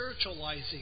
spiritualizing